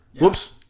Whoops